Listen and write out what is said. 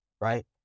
right